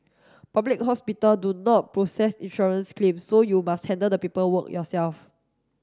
public hospital do not process insurance claims so you must handle the paperwork yourself